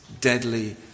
deadly